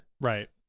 Right